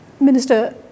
Minister